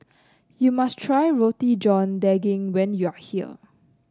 you must try Roti John Daging when you are here